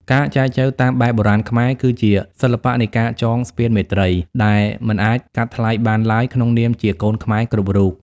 ការចែចូវតាមបែបបុរាណខ្មែរ គឺជា "សិល្បៈនៃការចងស្ពានមេត្រី" ដែលមិនអាចកាត់ថ្លៃបានឡើយ ក្នុងនាមជាកូនខ្មែរគ្រប់រូប។